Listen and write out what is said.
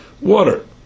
water